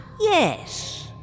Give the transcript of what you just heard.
Yes